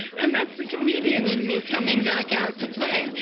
and that's the comedian in me coming back out to play.